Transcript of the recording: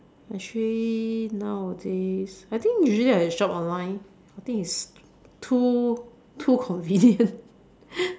actually nowadays I think usually I shop online I think it's too too convenient